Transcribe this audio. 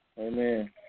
Amen